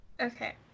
Okay